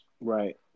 Right